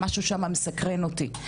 משהו שם מסקרן אותי.